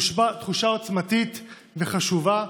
תחושה עוצמתית וחשובה,